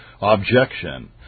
Objection